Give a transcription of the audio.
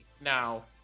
now